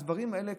הדברים האלה,